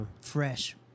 fresh